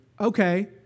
Okay